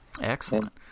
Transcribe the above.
Excellent